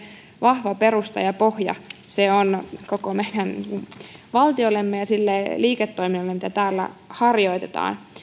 vahva perusta ja pohja se on koko meidän valtiollemme ja sille liiketoiminnalle mitä täällä harjoitetaan